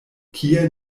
kie